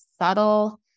subtle